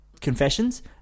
confessions